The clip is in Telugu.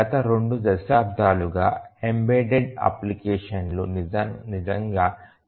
గత రెండు దశాబ్దాలుగా ఎంబెడెడ్ అప్లికేషన్లు నిజంగా చాలా వరకు పెరిగాయి